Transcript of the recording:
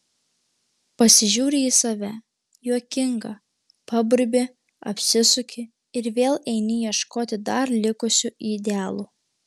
pasižiūri į save juokinga paburbi apsisuki ir vėl eini ieškoti dar likusių idealų